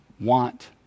want